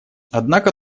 однако